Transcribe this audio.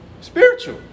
Spiritual